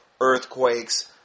earthquakes